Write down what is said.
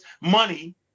money